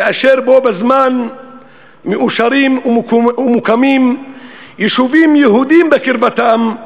כאשר בו-בזמן מאושרים ומוקמים יישובים יהודיים בקרבתם,